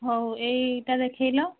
ହଉ ଏଇଟା ଦେଖାଇଲ